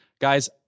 Guys